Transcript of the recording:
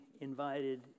invited